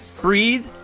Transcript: breathe